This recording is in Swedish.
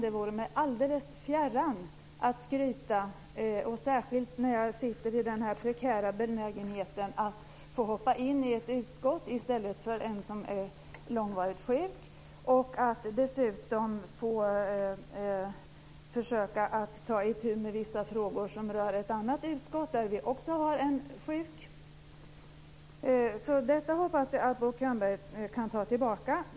Det vore mig alldeles fjärran att skryta, särskilt när jag sitter i den prekära belägenheten att få hoppa in i ett utskott i stället för en ledamot som är långvarigt sjuk och dessutom får försöka ta itu med vissa frågor som rör ett annat utskott, där en av våra ledamöter också är sjuk. Detta hoppas jag att Bo Könberg kan ta tillbaka.